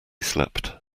slept